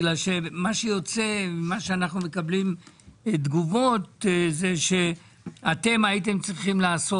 בגלל שמה שיוצא מה שאנחנו מקבלים תגובות זה שאתם הייתם צריכים לעשות.